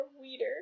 weeder